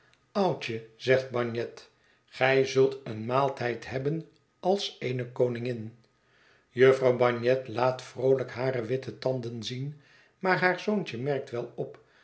oudje zegt bagnet gij zult een maaltijd hebben als eene koningin jufvrouw bagnet laat vroolijk hare witte tanden zien maar haar zoontje merkt wel op